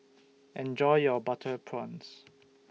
Enjoy your Butter Prawns